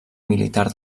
militar